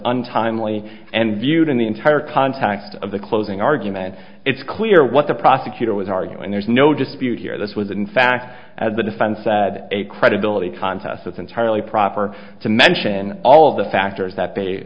untimely and viewed in the entire context of the closing argument it's clear what the prosecutor was arguing there's no dispute here this was in fact as the defense said a credibility contest it's entirely proper to mention all of the factors that they